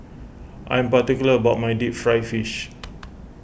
I'm particular about my Deep Fried Fish